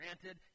granted